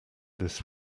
this